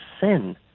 sin